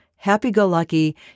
Happy-Go-Lucky